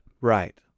Right